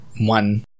one